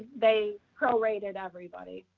they prorated everybody.